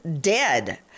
dead